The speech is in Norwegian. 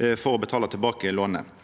for å betala tilbake lånet.